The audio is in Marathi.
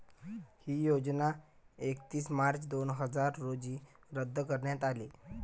ही योजना एकतीस मार्च दोन हजार रोजी रद्द करण्यात आली